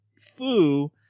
Fu